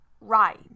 right